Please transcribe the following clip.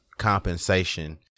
compensation